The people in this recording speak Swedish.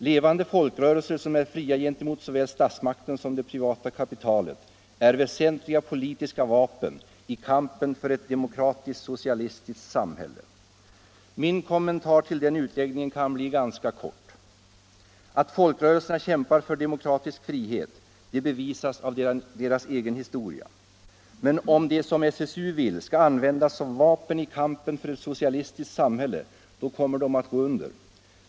Levande folkrörelser, som är fria gentemot såväl statsmakten som det privata kapitalet, är väsentliga politiska vapen i kampen för ett demokratiskt socialistiskt samhälle.” Min kommentar till den utläggningen kan bli ganska kort. Att folkrörelserna kämpar för demokratisk frihet, bevisas av deras egen historia. Men om de, som SSU vill, skall användas som vapen i kampen för ett socialistiskt samhälle, då kommer de att gå under.